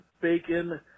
bacon